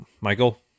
Michael